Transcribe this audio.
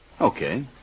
Okay